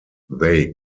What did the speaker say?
they